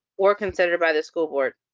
or considered by the school board.